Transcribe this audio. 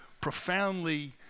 profoundly